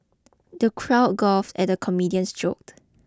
the crowd guffawed at the comedian's joke